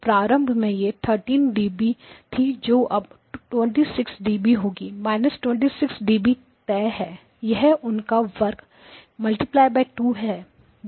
प्रारंभ में यह 13 dB थी जो अब 2 6dB होगी 26 dB तय है यह उसका वर्ग 2 है